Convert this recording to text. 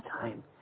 time